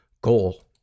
goal